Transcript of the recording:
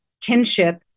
kinship